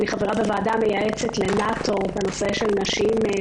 אני חברה בוועדה המייעצת לנאט"ו בנושא של נשים,